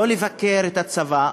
לא לבקר את הצבא,